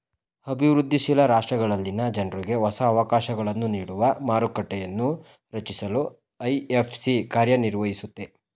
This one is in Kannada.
ಅಭಿವೃದ್ಧಿ ಶೀಲ ರಾಷ್ಟ್ರಗಳಲ್ಲಿನ ಜನ್ರುಗೆ ಹೊಸ ಅವಕಾಶಗಳನ್ನು ನೀಡುವ ಮಾರುಕಟ್ಟೆಯನ್ನೂ ರಚಿಸಲು ಐ.ಎಫ್.ಸಿ ಕಾರ್ಯನಿರ್ವಹಿಸುತ್ತೆ